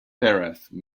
terrace